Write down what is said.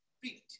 beat